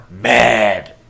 mad